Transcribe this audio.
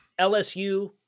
LSU